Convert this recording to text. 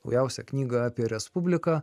naujausią knygą apie respubliką